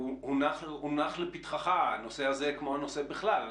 הונח לפתחך הנושא הזה כמו הנושא בכלל.